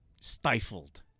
stifled